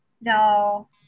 No